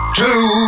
two